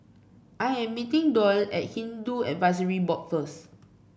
I am meeting Doyle at Hindu Advisory Board first